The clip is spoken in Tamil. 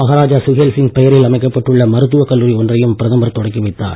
மகாராஜா சுஹேல்சிங் பெயரில் அமைக்கப்பட்டுள்ள மருத்துவக் கல்லூரி ஒன்றையும் பிரதமர் தொடக்கி வைத்தார்